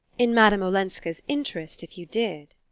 in madame olenska's interest if you did.